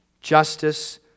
Justice